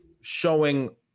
showing